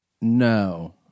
no